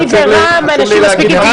אני ורם, אנחנו אנשים מספיק אינטליגנטים.